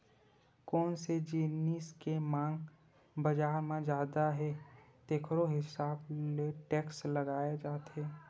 कोन से जिनिस के मांग बजार म जादा हे तेखरो हिसाब ले टेक्स लगाए जाथे